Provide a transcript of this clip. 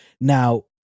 Now